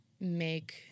make